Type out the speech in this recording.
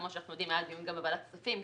כמו שאנחנו יודעים היה דיון גם בוועדת הכספים,